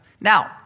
Now